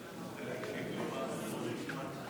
52 לחלופין ג לא נתקבלה.